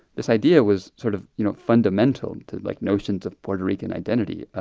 this idea was sort of, you know, fundamental to, like, notions of puerto rican identity.